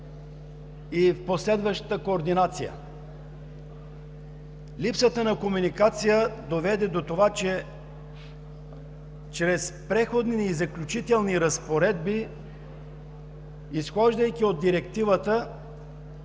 и последващата координация. Липсата на комуникация доведе до това, че чрез Преходните и заключителните разпоредби, изхождайки от Директивата,